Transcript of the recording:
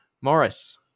Morris